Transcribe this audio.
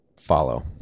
follow